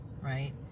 Right